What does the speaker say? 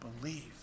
believe